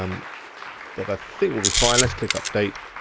um but i think we'll be fine, let's click update.